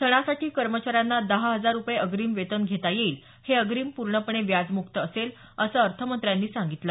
सणासाठी कर्मचाऱ्यांना दहा हजार रुपये अग्रीम वेतन घेता येईल हे अग्रीम पूर्णपणे व्याजमुक्त असेल असं अर्थमंत्र्यांनी सांगितलं